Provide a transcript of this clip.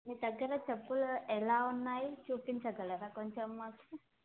మీ దగ్గర చెప్పులు ఎలా ఉన్నాయి చూపించగలరాా కొంచెం మాకు